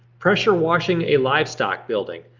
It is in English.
pressure washing a livestock building.